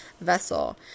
vessel